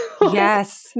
Yes